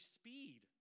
speed